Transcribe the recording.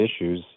issues